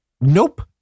Nope